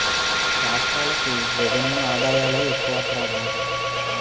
రాష్ట్రాలకి రెవెన్యూ ఆదాయాలే ఎక్కువట్రా బాబు